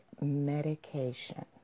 medication